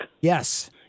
Yes